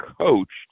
coached